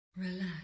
Relax